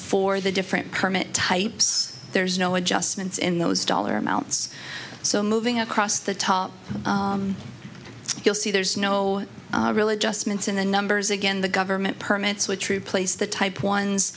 for the different kermit types there's no adjustments in those dollar amounts so moving across the top you'll see there's no really just mints in the numbers again the government permits were true place the type ones